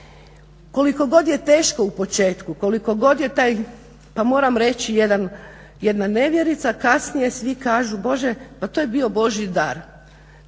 koliko god je teško u početku, koliko god je taj pa moram reći jedna nevjerica kasnije svi kažu Bože pa to je bio božji dar,